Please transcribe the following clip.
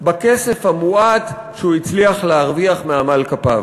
בכסף המועט שהוא הצליח להרוויח מעמל כפיו.